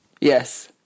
Yes